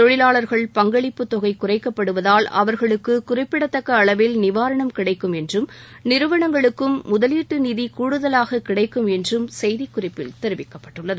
தொழிலாளர்கள் பங்களிப்பு தொகை குறைக்கப்படுவதால் அவர்களுக்கு குறிப்பிடத்தக்க அளவில் நிவாரணம் கிடைக்கும் என்றும் நிறுவனங்களுக்கும் முதலீட்டு நிதி கூடுதலாக கிடைக்கும் என்றும் செய்திக்குறிப்பில் தெரிவிக்கப்பட்டுள்ளது